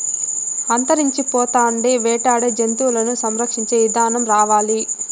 అంతరించిపోతాండే వేటాడే జంతువులను సంరక్షించే ఇదానం రావాలి